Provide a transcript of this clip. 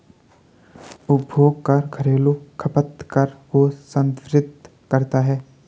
उपभोग कर घरेलू खपत कर को संदर्भित करता है